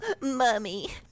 Mommy